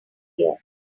here